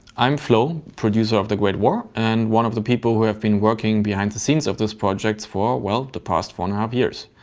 i'm flo, producer of the great war, and one of the people who have been working behind the scenes of this project for, well, the past four and a half years.